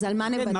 אז על מה נוותר?